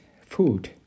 food